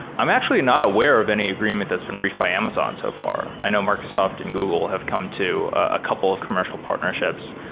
i'm actually not aware of any agreement that's been reached by amazon so far. i know microsoft and google have come to a couple of commercial partnerships,